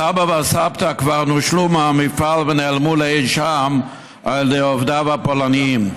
הסבא והסבתא כבר נושלו מהמפעל ונעלמו לאי שם על ידי עובדיו הפולנים.